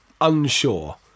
unsure